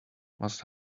must